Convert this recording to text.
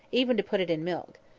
even to put it in milk.